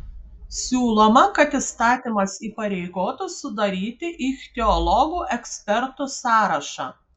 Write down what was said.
siūloma kad įstatymas įpareigotų sudaryti ichtiologų ekspertų sąrašą